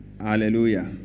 Hallelujah